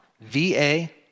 V-A